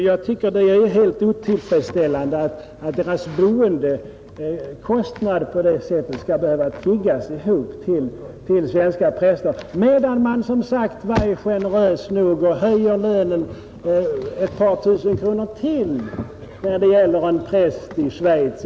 Jag tycker att det är helt otillfredsställande att man skall behöva tigga ihop pengar till boendekostnaderna för svenska präster, medan man varit generös nog och höjt lönen för en präst i Schweiz med fyra tusen kronor.